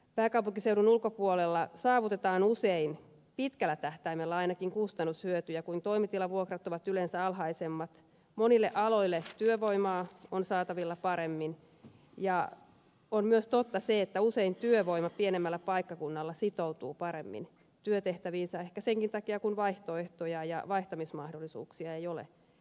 pääkaupunkiseudun ulkopuolella saavutetaan usein pitkällä tähtäimellä ainakin kustannushyötyjä kun toimitilavuokrat ovat yleensä alhaisemmat monille aloille työvoimaa on saatavilla paremmin ja on myös totta se että usein työvoima pienemmällä paikkakunnalla sitoutuu paremmin työtehtäviinsä ehkä senkin takia kun vaihtoehtoja ja vaihtamismahdollisuuksia ei ole niin paljon